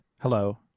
Hello